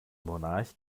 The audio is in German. monarch